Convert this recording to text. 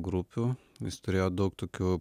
grupių vis turėjo daug tokių